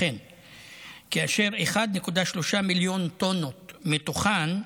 ו-1.3 מיליון טונות מתוכן,